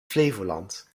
flevoland